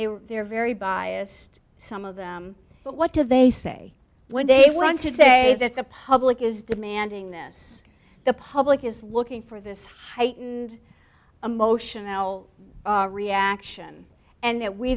were there very biased some of them but what did they say when they want to say that the public is demanding this the public is looking for this heightened emotional reaction and